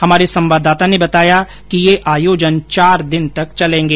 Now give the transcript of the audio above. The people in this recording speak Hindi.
हमारे संवाददाता ने बताया कि ये आयोजन चार दिन तक चलेंगे